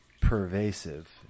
pervasive